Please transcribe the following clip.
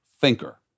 thinker